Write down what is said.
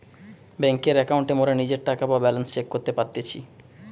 বেংকের একাউন্টে মোরা নিজের টাকা বা ব্যালান্স চেক করতে পারতেছি